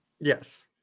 Yes